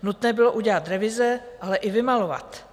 Nutné bylo udělat revize, ale i vymalovat.